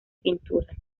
pinturas